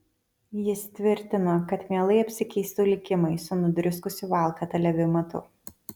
jis tvirtina kad mielai apsikeistų likimais su nudriskusiu valkata leviu matu